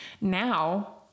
now